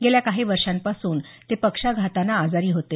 गेल्या काही वर्षांपासून ते पक्षाघाताने आजारी होते